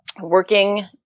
working